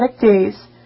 days